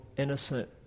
Innocent